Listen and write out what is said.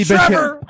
Trevor